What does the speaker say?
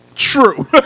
True